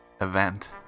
event